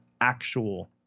actual